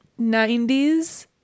90s